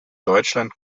deutschland